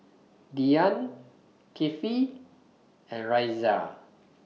Dian Kifli and Raisya